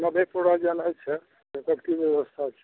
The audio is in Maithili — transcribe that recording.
मधेपुरा जाइ लऽ छै तकर की ब्यवस्था छै